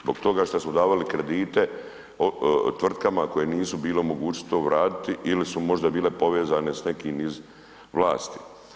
Zbog toga što smo davali kredite tvrtkama koje nisu bile u mogućnosti to vratiti ili su možda bile povezane s nekim iz vlasti.